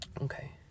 Okay